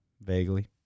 Vaguely